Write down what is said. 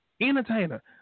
Entertainer